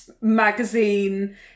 magazine